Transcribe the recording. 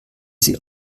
sie